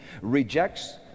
rejects